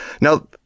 Now